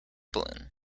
balloon